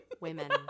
women